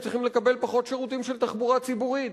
צריכים לקבל פחות שירותים של תחבורה ציבורית,